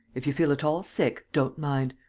if you feel at all sick, don't mind.